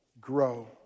grow